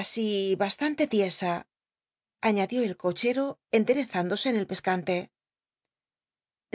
así bastante tiesa añadió el cochero en derezámlose en el pescante